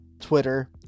Twitter